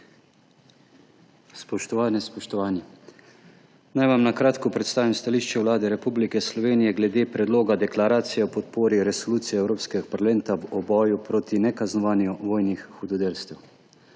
Spoštovane, spoštovani! Naj vam na kratko predstavim stališče Vlade Republike Slovenije glede predloga deklaracije o podpori Resoluciji Evropskega parlamenta o boju proti nekaznovanju vojnih hudodelstev